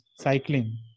cycling